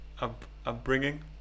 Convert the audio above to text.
upbringing